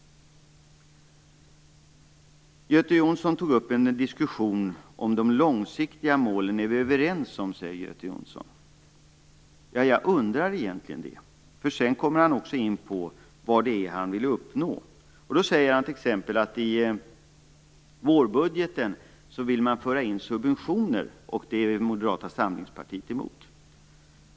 Göte Jonsson sade att vi är överens om de långsiktiga målen. Jag undrar egentligen om det är så. Sedan kom han också in på vad han vill uppnå. Han sade t.ex. att man i vårbudgeten vill föra in subventioner och att Moderata samlingspartiet är emot det.